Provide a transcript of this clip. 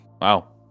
Wow